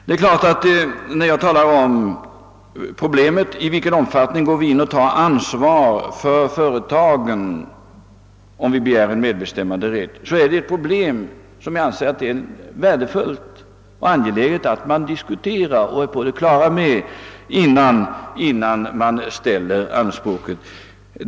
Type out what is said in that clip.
Det är angeläget att problemet i vilken omfattning vi går in och tar ansvar för företagen, om vi begär medbestämmanderätt, diskuteras innan anspråken ställs.